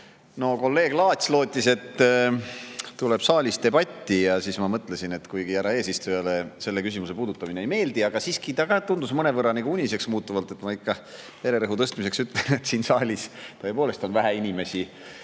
Kolleeg Laats lootis, et saalis tuleb debatt. Nii ma mõtlesin, et kuigi härra eesistujale selle küsimuse puudutamine ei meeldi, aga kuna ta tundus mõnevõrra uniseks muutuvat, siis ma tema vererõhu tõstmiseks ütlen, et siin saalis tõepoolest on vähe inimesi